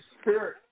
Spirit